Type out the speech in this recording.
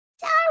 Sorry